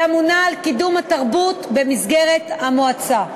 והיא אמונה על קידום התרבות והאמנות במסגרת המועצה.